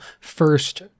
first